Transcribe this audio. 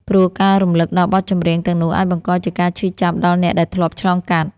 ព្រោះការរំលឹកដល់បទចម្រៀងទាំងនោះអាចបង្កជាការឈឺចាប់ដល់អ្នកដែលធ្លាប់ឆ្លងកាត់។